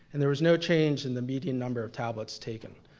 and there was no change in the median number of tablets taken.